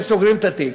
וסוגרים את התיק.